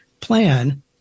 plan